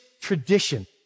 tradition